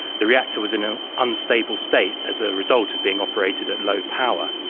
the reactor was in an unstable state as a result of being operated at low power.